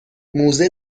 موزه